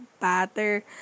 batter